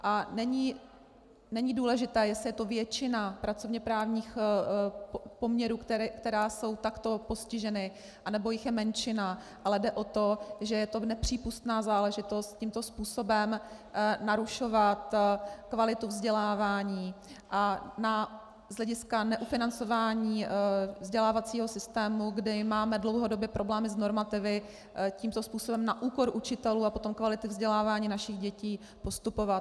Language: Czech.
A není důležité, jestli je to většina pracovněprávních poměrů, které jsou takto postiženy, anebo jich je menšina, ale jde o to, že je nepřípustná záležitost tímto způsobem narušovat kvalitu vzdělávání a z hlediska neufinancování vzdělávacího systému, kde máme dlouhodobě problémy s normativy, tímto způsobem na úkor učitelů a potom kvality vzdělávání našich dětí postupovat.